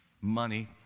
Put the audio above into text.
Money